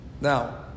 Now